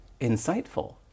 insightful